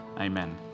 Amen